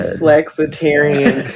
flexitarian